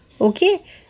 Okay